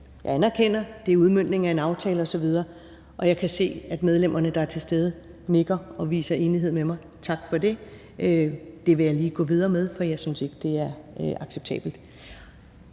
Jeg anerkender, at det er udmøntningen af en aftale osv., men jeg kan se, at medlemmerne, der er til stede, nikker og viser enighed med mig – tak for det. Det vil jeg lige gå videre med, for jeg synes ikke, det er acceptabelt.